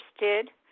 interested